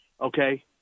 okay